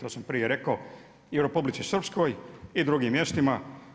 To sam prije rekao i u Republici Srpskoj i drugim mjestima.